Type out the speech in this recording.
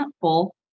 full